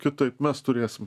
kitaip mes turėsim